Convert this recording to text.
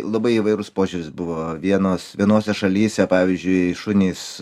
labai įvairūs požiūris buvo vienos vienose šalyse pavyzdžiui šunys